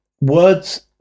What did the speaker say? Words